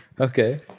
Okay